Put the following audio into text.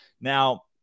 Now